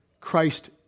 Christ